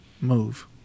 Move